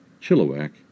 Chilliwack